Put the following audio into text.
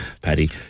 Paddy